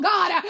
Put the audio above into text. God